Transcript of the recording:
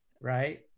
right